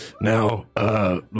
Now